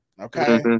Okay